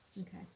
Okay